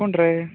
आ अ कोण रे